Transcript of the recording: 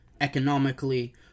economically